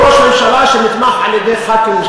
הוא ראש ממשלה שנתמך על-ידי חברי כנסת,